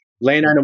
Land